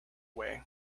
way